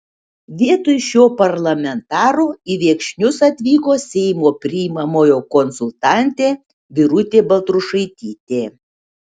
vietoj šio parlamentaro į viekšnius atvyko seimo priimamojo konsultantė birutė baltrušaitytė